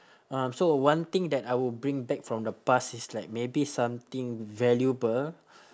um so one thing that I would bring back from the past is like maybe something valuable